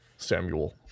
Samuel